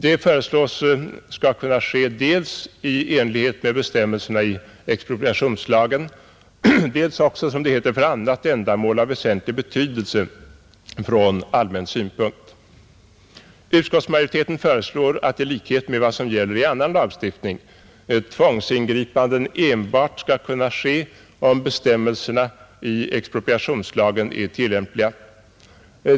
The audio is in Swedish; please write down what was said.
Detta föreslås kunna ske dels i enlighet med bestämmelserna i expropriationslagen, dels ”för annat ändamål av väsentlig betydelse från allmän synpunkt”. Utskottsmajoriteten föreslår att ett tvångsingripande i likhet med vad som gäller i annan lagstiftning enbart skall kunna ske om bestämmelserna i expropriationslagen är tillämpliga.